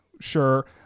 Sure